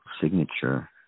signature